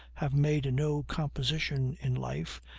have made no composition in life,